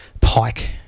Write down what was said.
Pike